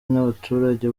n’abaturage